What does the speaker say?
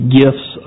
gifts